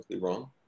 wrong